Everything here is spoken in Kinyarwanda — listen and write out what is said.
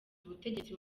ubutegetsi